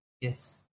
yes